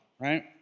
right